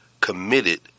committed